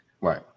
Right